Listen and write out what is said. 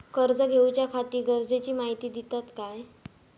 कर्ज घेऊच्याखाती गरजेची माहिती दितात काय?